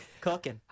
Cooking